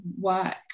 work